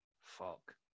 Fuck